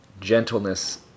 gentleness